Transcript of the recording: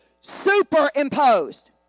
superimposed